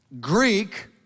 Greek